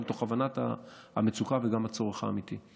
מתוך הבנת המצוקה וגם הצורך האמיתי.